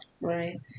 Right